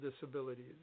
disabilities